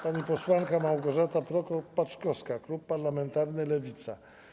Pani posłanka Małgorzata Prokop-Paczkowska, klub parlamentarny Lewica.